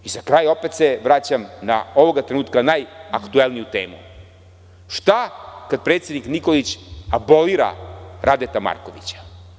I za kraj, opet se vraćam na ovog trenutka, najaktuelniju temu – šta kad predsednik Nikolić abolira Radeta Markovića?